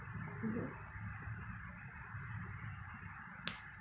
mmhmm